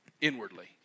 Inwardly